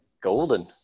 Golden